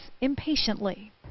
impatiently